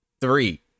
three